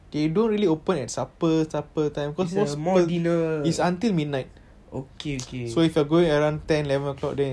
is a more dinner okay okay